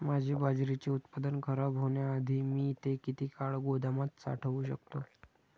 माझे बाजरीचे उत्पादन खराब होण्याआधी मी ते किती काळ गोदामात साठवू शकतो?